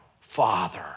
father